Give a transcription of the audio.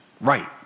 right